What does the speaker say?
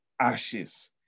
ashes